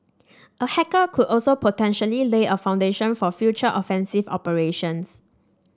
a hacker could also potentially lay a foundation for future offensive operations